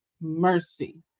mercy